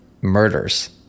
murders